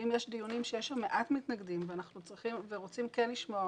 אם יש דיונים שיש שם מעט מתנגדים ורוצים לשמוע,